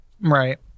right